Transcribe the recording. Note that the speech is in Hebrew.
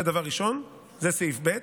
זה דבר ראשון, זה סעיף ב'.